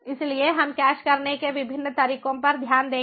इसलिए हम कैश करने के विभिन्न तरीकों पर ध्यान देंगे